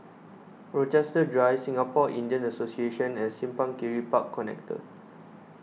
Rochester Drive Singapore Indian Association and Simpang Kiri Park Connector